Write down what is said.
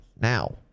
now